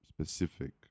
specific